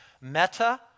Meta